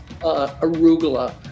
arugula